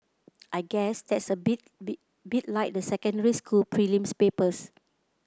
I guess that's a bit like the secondary school's prelim papers